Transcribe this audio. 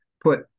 put